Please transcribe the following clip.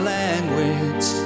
language